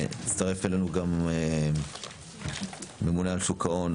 מצטרף אלינו גם ממונה על שוק ההון,